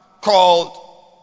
called